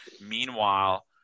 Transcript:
Meanwhile